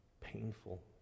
painful